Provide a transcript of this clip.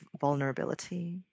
vulnerability